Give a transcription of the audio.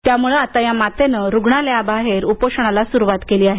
त्यामुळे आता या मातेने रुग्णालयाबाहेर उपोषणाला सुरुवात केली आहे